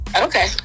Okay